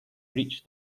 reached